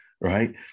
right